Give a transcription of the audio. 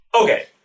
Okay